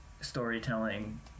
storytelling